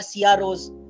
CROs